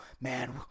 man